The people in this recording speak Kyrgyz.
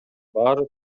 баары